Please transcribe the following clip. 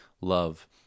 love